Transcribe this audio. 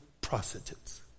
prostitutes